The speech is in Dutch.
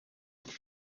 het